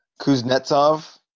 Kuznetsov